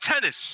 tennis